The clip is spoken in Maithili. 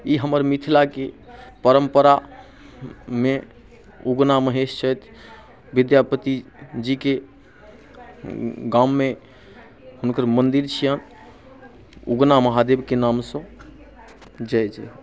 ई हमर मिथिलाके परम्परामे उगना महेश छथि विद्यापति जीके गाममे हुनकर मन्दिर छियनि उगना महादेवके नामसँ जय जय